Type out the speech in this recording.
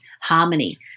harmony